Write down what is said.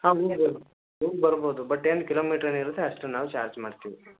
ಹಾಂ ಹೋಗ್ಬರ್ಬೋದು ಬಟ್ ಏನು ಕಿಲೋಮೀಟರ್ ಇರುತ್ತೆ ಅಷ್ಟು ನಾವು ಚಾರ್ಜ್ ಮಾಡ್ತೀವಿ